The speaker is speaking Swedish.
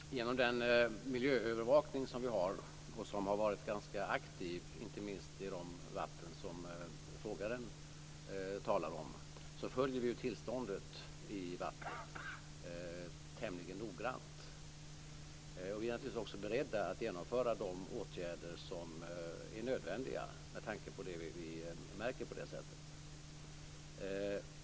Fru talman! Genom den miljöövervakning som vi har och som varit ganska aktiv, inte minst i de vatten som frågaren talar om, följer vi tillståndet i vattnet tämligen noga. Vi är naturligtvis också beredda att vidta de åtgärder som är nödvändiga med tanke på vad vi på det här sättet märker.